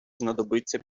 знадобиться